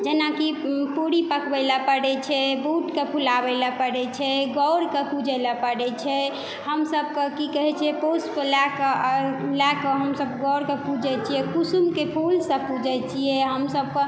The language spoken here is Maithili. जेना कि पूरी पकबै लए पड़ै छै के फुलाबै लए पड़ै छै गौरके पूजै लए पड़ै छै हम सबके की कहै छियै कोसके लएके लएके हम सब गौरके पूजै छियै कुसुमके फूल से पूजै छियै हम सबके